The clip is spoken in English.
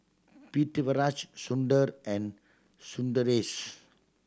Pritiviraj Sundar and Sundaresh